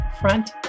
Front